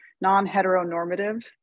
non-heteronormative